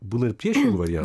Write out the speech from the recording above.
būna ir priešingų varian